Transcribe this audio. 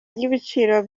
ry’ibiciro